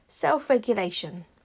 Self-regulation